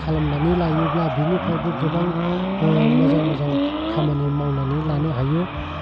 खालामनानै लायोब्ला बिनिफ्रायबो गोबां मोजां मोजां खामानि मावनानै लानो हायो